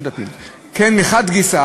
מחד גיסא,